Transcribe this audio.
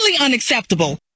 unacceptable